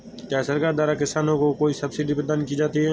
क्या सरकार द्वारा किसानों को कोई सब्सिडी प्रदान की जाती है?